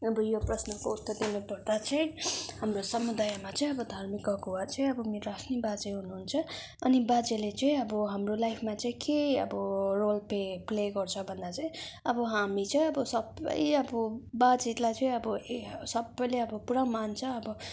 अब यो प्रश्नको उत्तर दिनु पर्दा चाहिँ हाम्रो समुदायमा चाहिँ धर्मको अगुवा चाहिँ मेरो आफ्नै बाजे हुनुहुन्छ अनि बाजेले चाहिँ अब हाम्रो लाइफमा चाहिँ के रोल प्ले गर्छ भन्दा चाहिँ अब हामी चाहिँ अब सबै अब बाजेलाई चाहिँ अब सबैले अब पुरा मान्छ अब